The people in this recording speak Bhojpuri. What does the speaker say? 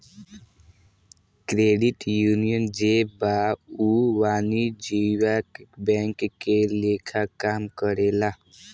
क्रेडिट यूनियन जे बा उ वाणिज्यिक बैंक के लेखा काम करेला